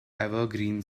evergreen